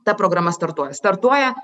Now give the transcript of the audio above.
ta programa startuoja startuoja